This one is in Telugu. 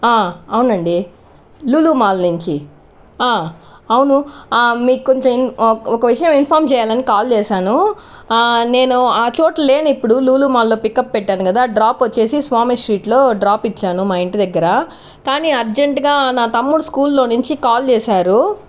ఆ అవునండి లులూ మాల్ నుంచి ఆ అవును మీకు కొంచెం ఇన్ ఒ ఒక విషయం ఇన్ఫామ్ చేయాలని కాల్ చేశాను నేను ఆ చోటు లేనిప్పుడు లులూ మాల్లో పిక్అప్ పెట్టాను కదా డ్రాప్ వచ్చేసి స్వామి స్ట్రీట్లో డ్రాప్ ఇచ్చాను మా ఇంటి దగ్గర కానీ అర్జంటుగా నా తమ్ముడు స్కూల్లో నుంచి కాల్ చేశారు